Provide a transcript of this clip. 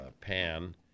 pan